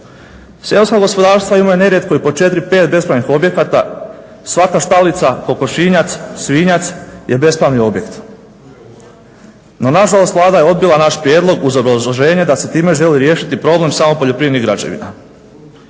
Seoska gospodarstva imaju nerijetko i po 4, 5 bespravnih objekata. Svaka štalica, kokošinjac, svinjac je bespravni objekt. No nažalost Vlada je odbila naš prijedlog uz obrazloženje da se time želi riješiti problem samo poljoprivrednih građevina.